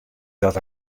dat